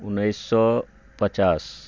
उन्नैस सए पचास